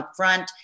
upfront